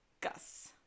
Gus